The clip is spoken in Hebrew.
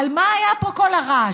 על מה היה פה כל הרעש?